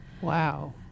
Wow